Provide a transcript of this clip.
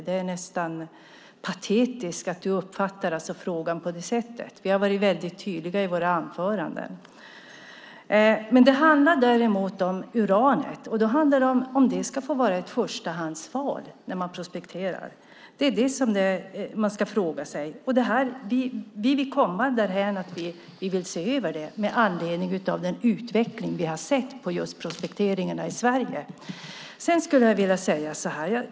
Det är nästan patetiskt att han uppfattar frågan på det sättet. Vi har varit mycket tydliga i våra anföranden. Det handlar om uranet, och då handlar det om ifall det ska få vara ett förstahandsval vid prospektering. Det är det man ska fråga sig. Vi vill se över det med anledning av den utveckling av prospekteringarna som vi sett i Sverige.